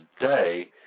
today